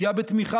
פגיעה בתמיכה